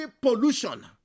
pollution